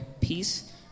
peace